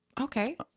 okay